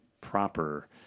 proper